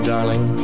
Darling